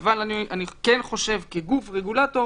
אבל אני כן חושב שכגוף רגולטור